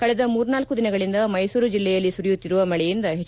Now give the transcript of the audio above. ಕಳೆದ ಮೂರ್ನಾಲ್ಕು ದಿನಗಳಿಂದ ಮೈಸೂರು ಜಿಲ್ಲೆಯಲ್ಲಿ ಸುರಿಯುತ್ತಿರುವ ಮಳೆಯಿಂದ ಹೆಚ್